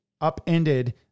upended